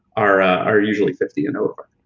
are are usually fifty and over.